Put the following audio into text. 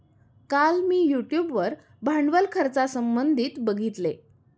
काल मी यूट्यूब वर भांडवल खर्चासंबंधित बघितले